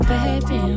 Baby